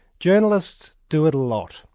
journalists do it a lot,